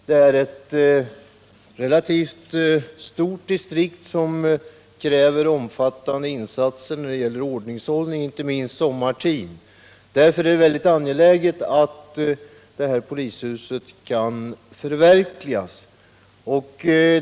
Det är ett relativt stort polisdistrikt, som kräver omfattande insatser för ordningshållningen, inte minst sommartid. Därför är det angeläget att detta polishus kan förverkligas.